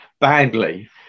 badly